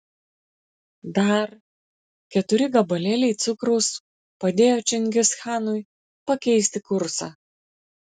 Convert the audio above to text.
dar keturi gabalėliai cukraus padėjo čingischanui pakeisti kursą